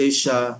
Asia